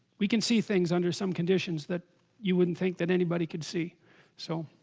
we can see things under some conditions that you? wouldn't think that anybody could see so?